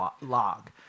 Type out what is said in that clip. log